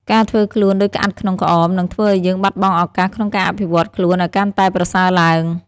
ការធ្វើខ្លួនដូចក្អាត់ក្នុងក្អម នឹងធ្វើឱ្យយើងបាត់បង់ឱកាសក្នុងការអភិវឌ្ឍខ្លួនឱ្យកាន់តែប្រសើរឡើង។